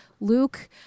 Luke